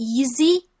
easy